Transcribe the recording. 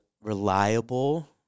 reliable